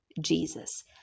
Jesus